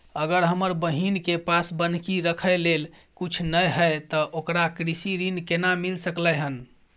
अगर हमर बहिन के पास बन्हकी रखय लेल कुछ नय हय त ओकरा कृषि ऋण केना मिल सकलय हन?